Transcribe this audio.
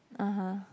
(uh huh)